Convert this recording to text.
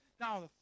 Now